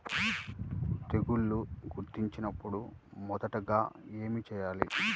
తెగుళ్లు గుర్తించినపుడు మొదటిగా ఏమి చేయాలి?